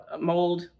mold